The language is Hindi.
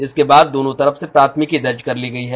इसके बाद दोनों तरफ से प्राथमिकी दर्ज कर ली गई है